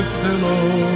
pillow